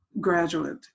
Graduate